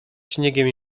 śniegiem